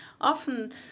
Often